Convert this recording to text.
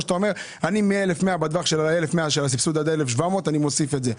או אתה אומר: בטווח של ה-1,100 בסבסוד עד 1,700 אנ מוסיף את זה.